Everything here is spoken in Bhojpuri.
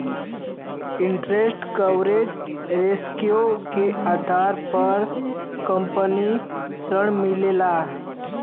इंटेरस्ट कवरेज रेश्यो के आधार पर कंपनी के ऋण मिलला